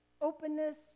openness